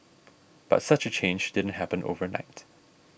but such a change didn't happen overnight